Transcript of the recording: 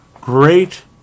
Great